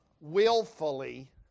willfully